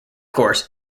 course